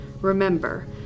Remember